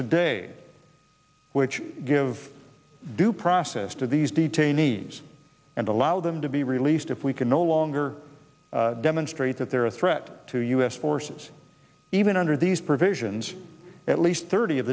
today which give due process to these detainees and allow them to be released if we can no longer demonstrate that they are a threat to u s forces even under these provisions at least thirty of